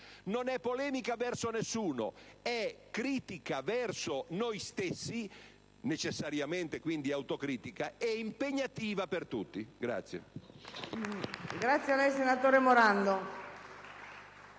Non è polemica verso nessuno; è critica verso noi stessi, quindi necessariamente autocritica, e impegnativa per tutti.